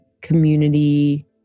community